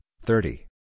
thirty